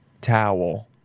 towel